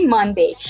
Monday